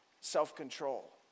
self-control